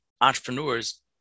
entrepreneurs